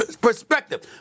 perspective